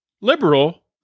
liberal